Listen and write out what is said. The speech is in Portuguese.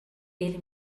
ele